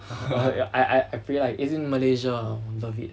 ya I I I feel like it's in uh malaysia love it